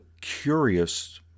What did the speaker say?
curious